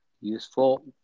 useful